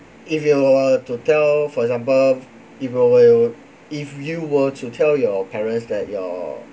if you were to tell for example if you will if you were to tell your parents that your